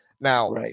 Now